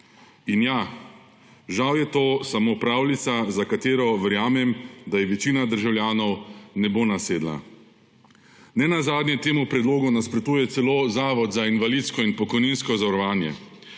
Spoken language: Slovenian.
In ja, žal je to samo pravljica, za katero verjamem, da ji večina državljanov ne bo nasedla. Ne nazadnje temu predlogu nasprotuje celo Zavod za pokojninsko in invalidsko zavarovanje.